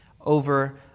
over